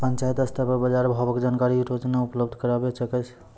पंचायत स्तर पर बाजार भावक जानकारी रोजाना उपलब्ध करैवाक चाही?